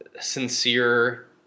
sincere